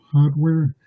hardware